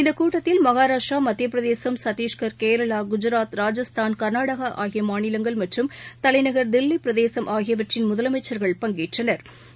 இந்தக் கூட்டத்தில் மகாராஷ்டிரா மத்திய பிரதேசம் சத்திஷ்கா் கேரளா குஜராத் ராஜஸ்தாள் கா்நாடகா மாநிலங்கள் மற்றும் தலைநகா் தில்லி பிரதேசம் ஆகியவற்றின் முதலமைச்சா்கள் பங்கேற்றனா்